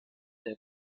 der